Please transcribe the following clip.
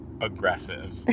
aggressive